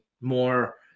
more